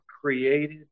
created